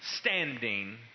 standing